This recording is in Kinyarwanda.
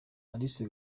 alice